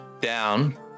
down